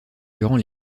durant